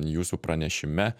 jūsų pranešime